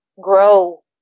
Grow